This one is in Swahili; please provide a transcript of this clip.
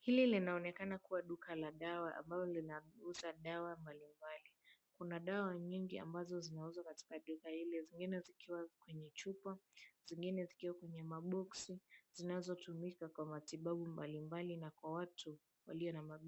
Hili linaonekana kuwa duka la dawa ambalo linauza dawa mbalimbali. Kuna dawa nyingi ambazo zinauzwa katika duka hili, zingine zikiwa kwenye chupa, zingine zikiwa kwenye maboksi zinazotumika kwa matibabu mbalimbali na kwa watu